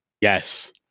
Yes